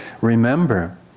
remember